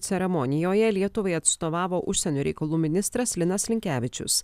ceremonijoje lietuvai atstovavo užsienio reikalų ministras linas linkevičius